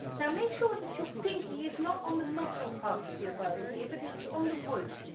now make sure that your pinky is not on the metal part of your bow here but it's on the wood,